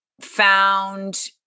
found